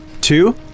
Two